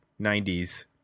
90s